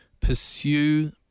Pursue